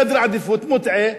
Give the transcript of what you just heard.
בסדר עדיפויות מוטעה,